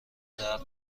درد